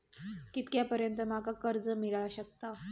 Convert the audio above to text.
कितक्या पर्यंत माका कर्ज मिला शकता?